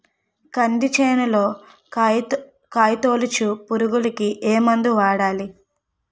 కంది చేనులో కాయతోలుచు పురుగుకి ఏ మందు వాడాలి?